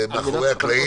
מאחורי הקלעים.